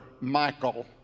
Michael